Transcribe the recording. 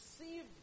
received